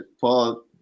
Paul